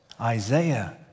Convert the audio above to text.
Isaiah